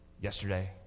yesterday